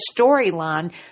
storyline